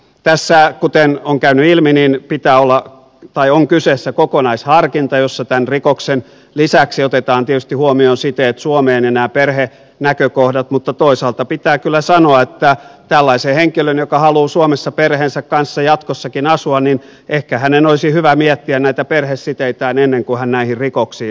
tässä kuten on käynyt ilmi on kyseessä kokonaisharkinta jossa rikoksen lisäksi otetaan tietysti huomioon siteet suomeen ja nämä perhenäkökohdat mutta toisaalta pitää kyllä sanoa että tällaisen henkilön joka haluaa suomessa perheensä kanssa jatkossakin asua ehkä olisi hyvä miettiä perhesiteitään ennen kuin hän näihin rikoksiin ryhtyy